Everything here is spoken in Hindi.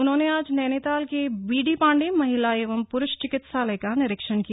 उन्होंने आज नद्वीताल के बीडी पाण्डे महिला एवं प्रूष चिकित्सालय का निरीक्षण किया